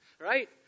right